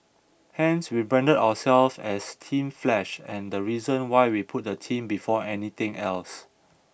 hence we branded ourselves as Team Flash and the reason why we put the team before anything else